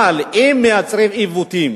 אבל אם מייצרים עיוותים